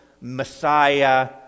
Messiah